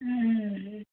उम्